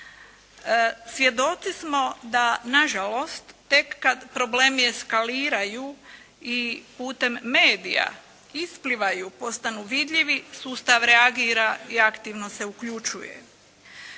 Svjedoci smo da nažalost tek kad problemi eskaliraju i putem medija isplivaju, postanu vidljivi sustav reagira i aktivno se uključuje.